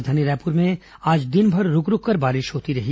राजधानी रायपुर में आज दिनभर रूक रूककर बारिश होती रही